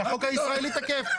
שהחוק הישראלי תקף.